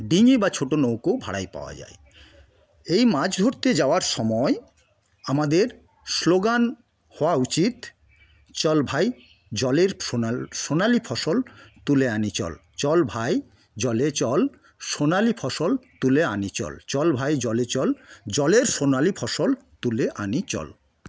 ডিঙি বা ছোট নৌকো ভাড়ায় পাওয়া যায় এই মাছ ধরতে যাওয়ার সময় আমাদের স্লোগান হওয়া উচিত চল ভাই জলের সোনালী ফসল তুলে আনি চল চল ভাই জলে চল সোনালী ফসল তুলে আনি চল চল ভাই জলে চল জলের সোনালী ফসল তুলে আনি চল